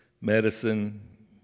medicine